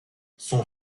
son